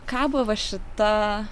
kabo va šita